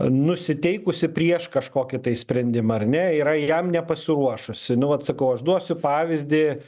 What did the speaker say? nusiteikusi prieš kažkokį tai sprendimą ar ne yra jam nepasiruošusi nu vat sakau aš duosiu pavyzdį